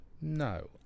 no